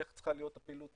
איך צריכה להיות הפעילות,